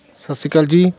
ਸਤਿ ਸ਼੍ਰੀ ਅਕਾਲ ਜੀ